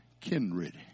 kindred